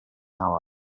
hour